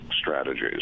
strategies